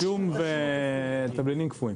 שום ותבלינים קפואים.